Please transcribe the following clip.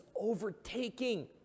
overtaking